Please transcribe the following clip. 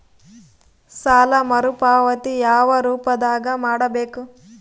ಸಾಲ ಮರುಪಾವತಿ ಯಾವ ರೂಪದಾಗ ಮಾಡಬೇಕು?